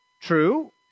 true